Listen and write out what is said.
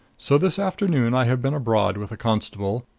so this afternoon i have been abroad with a constable,